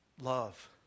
Love